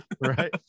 right